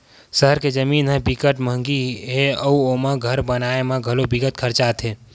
सहर के जमीन ह बिकट मंहगी हे अउ ओमा घर बनाए म घलो बिकट खरचा आथे